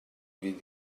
fydd